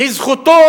לזכות,